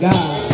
God